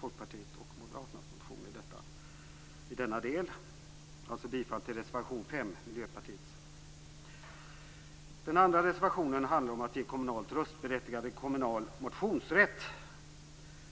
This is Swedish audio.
Folkpartiets och Moderaternas motion i denna del. Jag yrkar alltså bifall till reservation 5, Miljöpartiets reservation. Den andra reservationen handlar om att ge kommunalt röstberättigade kommunal motionsrätt.